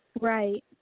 Right